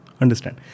understand